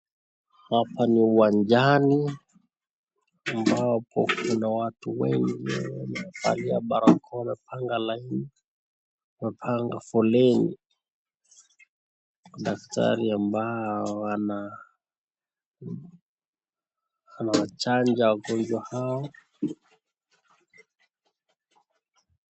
Hapa ni uwanjani ambapo kuna watu wengi wamevalia barakoa wamepanga laini, wamepanga foleni, huku daktari ambao anawachanja wagonjwa hao.